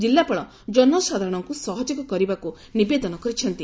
ଜିଲ୍ଲାପାଳ ଜନସାଧାରଣଙ୍କୁ ସହଯୋଗ କରିବାକୁ ନିବେଦନ କରିଛନ୍ତି